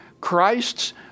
Christ's